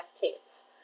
tapes